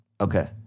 Okay